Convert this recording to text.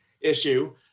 issue